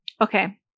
Okay